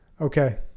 okay